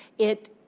it,